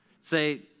Say